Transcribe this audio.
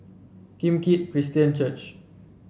Kim Keat Christian Church